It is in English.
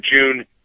June